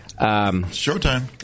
Showtime